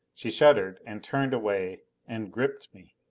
she shuddered and turned away and gripped me.